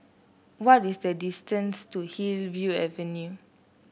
what is the distance to Hillview Avenue